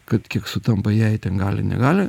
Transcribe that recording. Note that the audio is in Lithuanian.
kad kiek sutampa jai ten gali negali